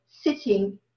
sitting